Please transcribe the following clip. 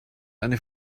eine